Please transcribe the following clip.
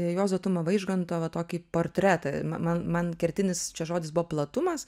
juozo tumo vaižganto va tokį portretą man man kertinis čia žodis buvo platumas